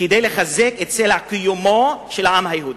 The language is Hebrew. כדי לחזק את סלע קיומו של העם היהודי?